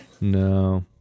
No